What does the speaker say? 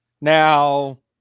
Now